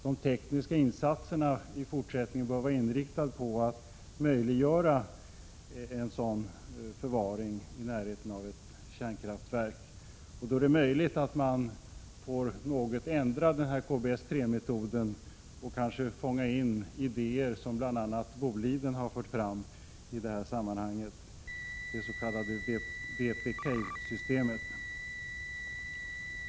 De tekniska insatserna borde därför i fortsättningen vara inriktade på att möjliggöra en förvaring i närheten av ett kärnkraftverk. Det är möjligt att man då får något ändra KBS-3-metoden och överväga idéer som bl.a. Boliden har fört fram i det här sammanhanget om det s.k. WP-Cavesystemet.